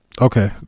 Okay